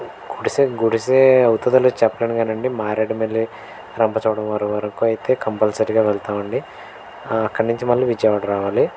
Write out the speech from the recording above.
గుడిసె గుడిసే అవుతుందో లేదో చెప్పలేను కానీ అండి మారేడుమెల్లి రంపచోడవరం వరకు అయితే కంపల్సరీగా వెళ్తామండి అక్కడి నుంచి మళ్ళీ విజయవాడ రావాలి